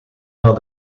naar